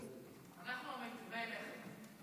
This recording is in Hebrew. אנחנו מיטיבי הלכת.